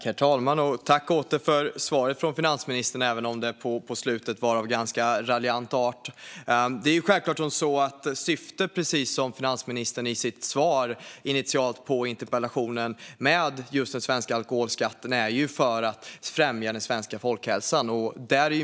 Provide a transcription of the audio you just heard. Herr talman! Jag tackar återigen för svaret från finansministern även om det i slutet var av ganska raljant art. Självklart är syftet med den svenska alkoholskatten, precis som finansministern sa i sitt initiala svar på interpellationen, att främja den svenska folkhälsan.